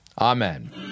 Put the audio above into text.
Amen